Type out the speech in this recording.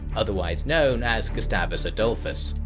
otherwise known as gustavus adolphus.